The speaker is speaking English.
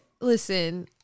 listen